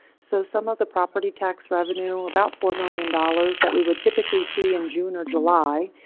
so some of the property tax revenue about four million dollars that we would typically see in june or july.